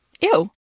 Ew